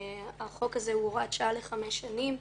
החוק הזה הוא הוראת שעה לחמש שנים.